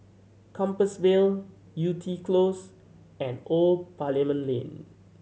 Compassvale Yew Tee Close and Old Parliament Lane